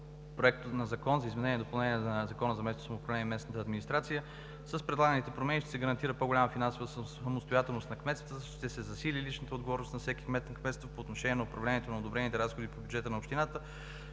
Проект на закон за изменение и допълнение на Закона за местното самоуправление и местната администрация. С предлаганите промени ще се гарантира по-голяма финансова самостоятелност на кметствата, ще се засили личната отговорност на всеки кмет на кметство по отношение управлението на одобрените разходи по бюджета на общината,